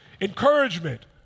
Encouragement